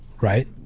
right